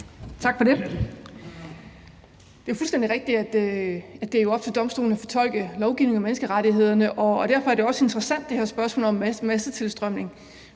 Tak for det. Det er fuldstændig rigtigt, at det er op til Domstolen at fortolke lovgivning om menneskerettighederne, og derfor er det her spørgsmål om massetilstrømning